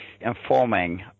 informing